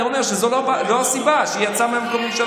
אני אומר שזו לא הסיבה שהיא יצאה מהממשלה.